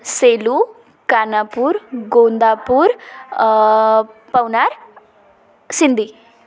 Selu Kanapur Gondapur Paunar Sindhi